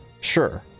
sure